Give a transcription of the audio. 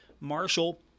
Marshall